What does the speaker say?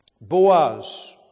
Boaz